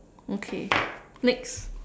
okay next